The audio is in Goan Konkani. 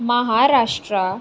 महाराष्ट्रा